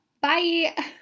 Bye